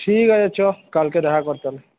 ঠিক আছে চল কালকে দেখা কর তাহলে